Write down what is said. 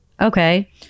okay